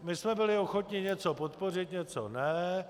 My jsme byli ochotni něco podpořit, něco ne.